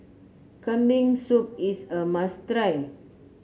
Kambing Soup is a must try